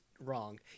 wrong